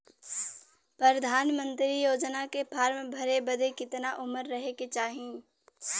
प्रधानमंत्री योजना के फॉर्म भरे बदे कितना उमर रहे के चाही?